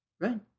Right